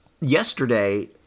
Yesterday